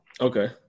Okay